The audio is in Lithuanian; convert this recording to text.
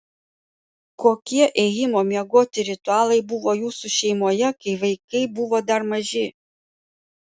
kokie ėjimo miegoti ritualai buvo jūsų šeimoje kai vaikai buvo dar maži